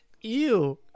Ew